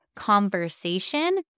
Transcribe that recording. Conversation